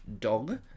dog